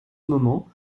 moment